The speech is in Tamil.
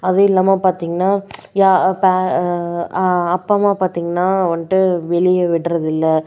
அதுவும் இல்லாமல் பார்த்தீங்கன்னா யா பே அப்பா அம்மா பார்த்தீங்கன்னா வந்துட்டு வெளியே விடுகிறது இல்லை